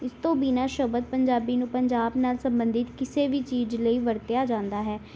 ਇਸ ਤੋਂ ਬਿਨਾਂ ਸ਼ਬਦ ਪੰਜਾਬੀ ਨੂੰ ਪੰਜਾਬ ਨਾਲ ਸੰਬੰਧਿਤ ਕਿਸੇ ਵੀ ਚੀਜ਼ ਲਈ ਵਰਤਿਆ ਜਾਂਦਾ ਹੈ